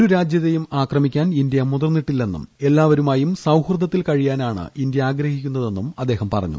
ഒരു രാജ്യത്തേയും ആക്രമിക്കാൻ ഇന്ത്യ മുതിർന്നിട്ടില്ലെന്നും എല്ലാവരുമായി സൌഹൃദത്തിൽ കഴിയാനാണ് ഇന്ത്യ ആഗ്രഹിക്കുന്നതെന്നും അദ്ദേഹം പറഞ്ഞു